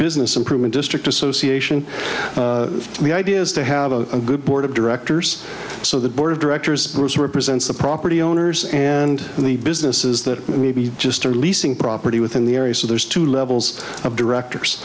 business improvement district association the idea is to have a good board of directors so the board of directors who represents the property owners and the businesses that we just are leasing property within the area so there's two levels of directors